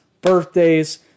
birthdays